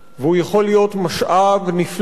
והוא יכול להיות משאב נפלא לתעשייה,